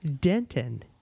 Denton